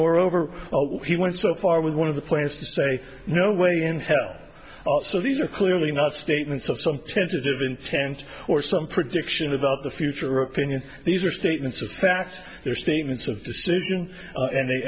moreover he went so far with one of the points to say no way in hell so these are clearly not statements of some tentative intent or some prediction about the future opinion these are statements of fact they're statements of decision and they